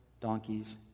donkeys